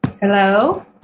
Hello